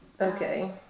Okay